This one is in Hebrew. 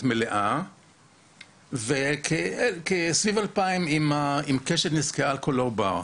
מלאה וכ-2000 עם קשת נזקי האלכוהול לעובר.